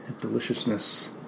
deliciousness